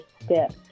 step